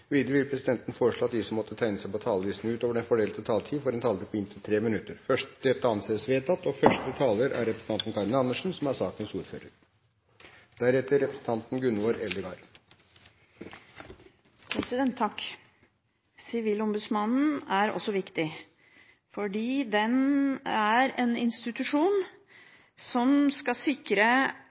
Videre vil presidenten foreslå at de som måtte tegne seg på talerlisten utover den fordelte taletid, får en taletid på inntil 3 minutter. – Dette anses vedtatt. Sivilombudsmannen er også viktig, fordi det er en institusjon som skal sikre